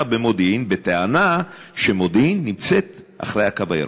במודיעין בטענה שמודיעין נמצאת מעבר לקו הירוק,